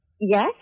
Yes